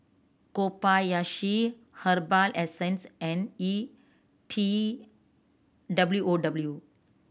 Kobayashi Herbal Essences and E T W O W